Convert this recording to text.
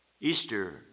Easter